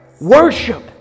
worship